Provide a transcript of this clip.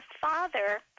father